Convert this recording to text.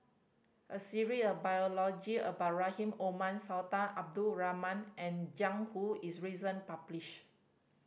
a of biology about Rahim Omar Sultan Abdul Rahman and Jiang Hu is recent publish